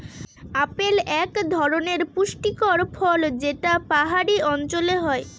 apple এক ধরনের পুষ্টিকর ফল যেটা পাহাড়ি অঞ্চলে হয়